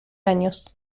años